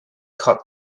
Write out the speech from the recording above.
cut